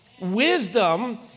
Wisdom